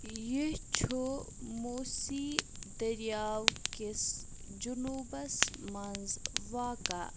یہِ چھُ موسی دٔریاو کِس جنوٗبَس منٛز واقعہٕ